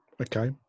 Okay